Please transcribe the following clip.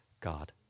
God